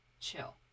chill